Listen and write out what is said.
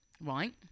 right